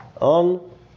on